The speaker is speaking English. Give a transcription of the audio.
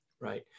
Right